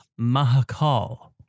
Mahakal